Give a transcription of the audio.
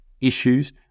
issues